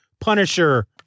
Punisher